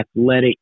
athletic